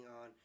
on